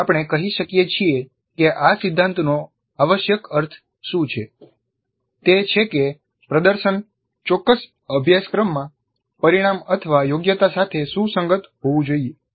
તેથી આપણે કહી શકીએ છીએ કે આ સિદ્ધાંતનો આવશ્યક અર્થ શું છે તે છે કે પ્રદર્શન ચોક્કસ અભ્યાસક્રમમાં પરિણામ અથવા યોગ્યતા સાથે સુસંગત હોવું જોઈએ